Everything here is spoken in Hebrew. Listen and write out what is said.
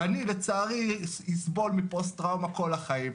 ואני, לצערי, אסבול מפוסט טראומה כל החיים.